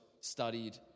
studied